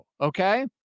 okay